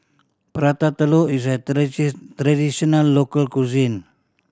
Prata Telur is a traditional local cuisine